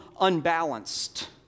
unbalanced